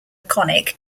conic